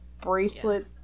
bracelet